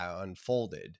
unfolded